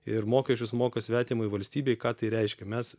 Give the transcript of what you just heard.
ir mokesčius moka svetimai valstybei ką tai reiškia mes